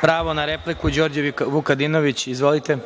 Pravo na repliku, narodni poslanik Đorđe Vukadinović. Izvolite.